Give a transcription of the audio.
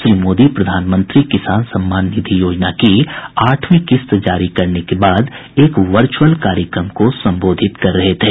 श्री मोदी प्रधानमंत्री किसान सम्मान निधि योजना की आठवीं किस्त जारी करने के बाद एक वर्चुअल कार्यक्रम को संबोधित कर रहे थे